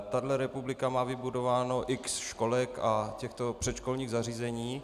Tahle republika má vybudováno x školek a těchto předškolních zařízení.